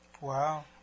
Wow